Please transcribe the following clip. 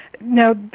Now